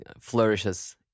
flourishes